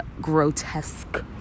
grotesque